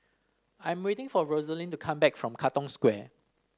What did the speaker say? I am waiting for Rosaline to come back from Katong Square